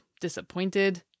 disappointed